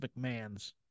McMahons